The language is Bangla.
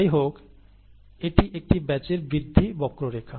যাই হোক এটি একটি ব্যাচের বৃদ্ধি বক্ররেখা